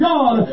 God